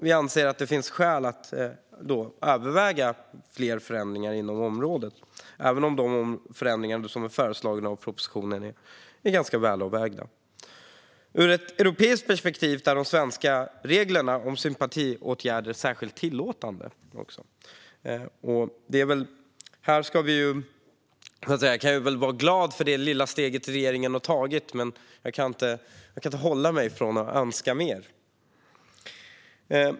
Vi anser att det finns skäl att överväga fler förändringar på området, även om de förändringar som föreslås i propositionen är ganska välavvägda. I ett europeiskt perspektiv är de svenska reglerna om sympatiåtgärder särskilt tillåtande. Jag är glad för det lilla steg regeringen har tagit, men jag kan inte avhålla mig från att önska mer.